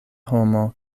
homo